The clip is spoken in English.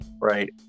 Right